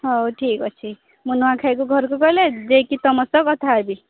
ହଉ ଠିକ୍ ଅଛି ମୁଁ ନୂଆଖାଇକି ଘରକୁ ଗଲେ ଯାଇକି ତୁମ ସହିତ କଥା ହେବି